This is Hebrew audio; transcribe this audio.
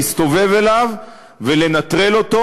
להסתובב אליו ולנטרל אותו,